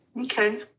Okay